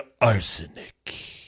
arsenic